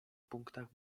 punktach